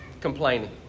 Complaining